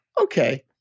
Okay